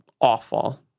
awful